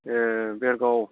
ए Bergaon